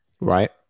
Right